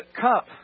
cup